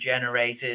generated